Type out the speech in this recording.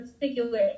particular